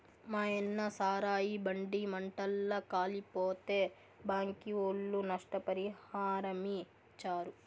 మాయన్న సారాయి బండి మంటల్ల కాలిపోతే బ్యాంకీ ఒళ్ళు నష్టపరిహారమిచ్చారు